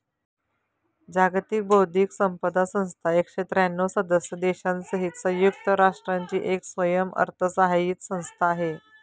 जागतिक बौद्धिक संपदा संस्था एकशे त्र्यांणव सदस्य देशांसहित संयुक्त राष्ट्रांची एक स्वयंअर्थसहाय्यित संस्था आहे